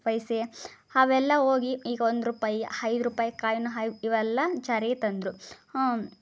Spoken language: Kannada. ಪೈಸೆ ಅವೆಲ್ಲ ಹೋಗಿ ಈಗ ಒಂದು ರೂಪಾಯಿ ಐದು ರೂಪಾಯಿ ಕಾಯ್ನ್ ಹೈ ಇವೆಲ್ಲ ಜಾರಿಗೆ ತಂದರು